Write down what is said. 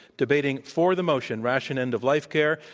debating for the motion, ration end-of-life care,